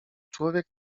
człowiek